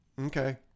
okay